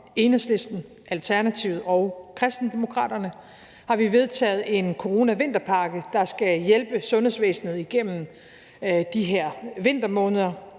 Enhedslisten, Alternativet og Kristendemokraterne har vi vedtaget en coronavinterpakke, der skal hjælpe sundhedsvæsenet igennem de her vintermåneder.